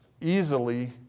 easily